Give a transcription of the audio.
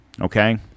Okay